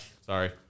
Sorry